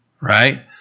right